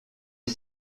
est